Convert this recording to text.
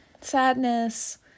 sadness